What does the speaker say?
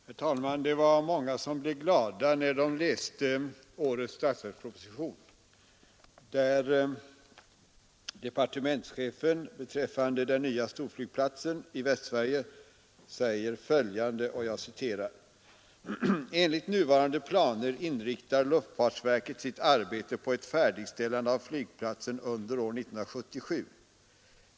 det av storflyg Herr talman! Det var många som blev glada när de läste årets = Platsen Landvetter statsverksporposition, där departmentschefen beträffande den nya stor — Vid Härryda flygplatsen i Västsverige säger följande: ”Enligt nuvarande planer inriktar luftfartsverket sitt arbete på ett färdigställande av flygplatsen under år 1977.